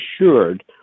assured